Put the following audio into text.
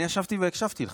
אני ישבתי והקשבתי לך.